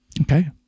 Okay